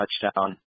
touchdown